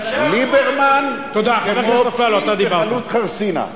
ליברמן כמו פיל בחנות חרסינה.